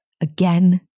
again